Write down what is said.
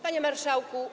Panie Marszałku!